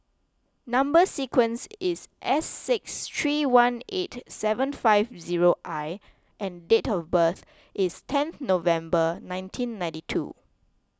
Number Sequence is S six three one eight seven five zero I and date of birth is ten November nineteen ninety two